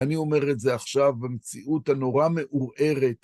אני אומר את זה עכשיו במציאות הנורא מעורערת.